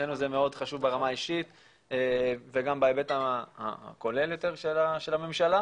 לשנינו זה מאוד חשוב ברמה האישית וגם בהיבט הכולל יותר של הממשלה.